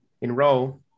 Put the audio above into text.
Enroll